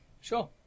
sure